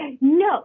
No